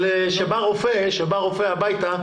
אבל כשבא רופא הביתה,